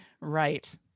Right